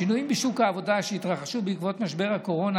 שינויים בשוק העבודה שהתרחשו בעקבות משבר הקורונה,